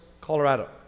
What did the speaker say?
Colorado